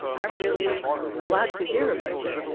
i'm really glad to hear about it.